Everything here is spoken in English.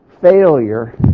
failure